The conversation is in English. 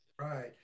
right